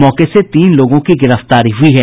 मौके से तीन लोगों की गिरफ्तारी हुई है